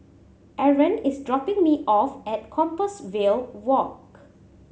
Arron is dropping me off at Compassvale Walk